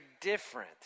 different